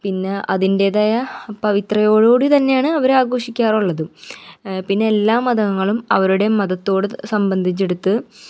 പിന്നെ അതിന്റെതായ പവിത്രതയോട്കൂടി തന്നെയാണ് അവർ ആഘോഷിക്കാറുള്ളതും പിന്നെ എല്ലാ മതങ്ങളും അവരുടെ മതത്തോട് സംബന്ധിച്ചെടുത്ത്